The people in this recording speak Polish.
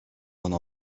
ona